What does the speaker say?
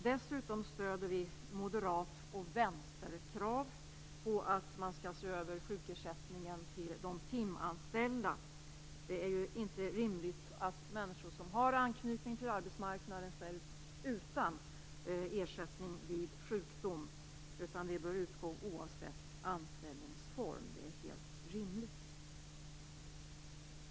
Dessutom stöder vi moderat och vänsterkrav på att man skall se över sjukersättningen till de timanställda. Det är inte rimligt att människor som har anknytning till arbetsmarknaden ställs utan ersättning vid sjukdom. Sådan bör utgå oavsett anställningsform. Det är helt rimligt.